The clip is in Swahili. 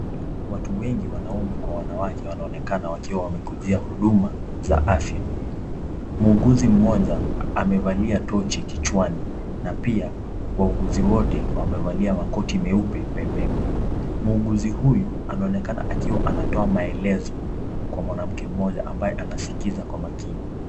Watu wengi wanaume kwa wanawake wanaonekana wakiwa wamekujia huduma za afya. Muuguzi mmoja amevalia tochi kichwani na pia wauguzi wote wamevalia makoti meupe pepepe. Muuguzi huyu anaonekana akiwa anatoa maelezo kwa mwanamke mmoja ambaye anasikiliza kwa makini.